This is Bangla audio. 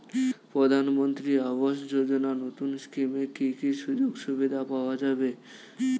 প্রধানমন্ত্রী আবাস যোজনা নতুন স্কিমে কি কি সুযোগ সুবিধা পাওয়া যাবে?